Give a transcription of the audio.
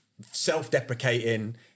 self-deprecating